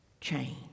change